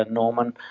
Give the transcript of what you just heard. norman,